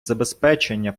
забезпечення